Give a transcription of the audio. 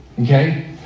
okay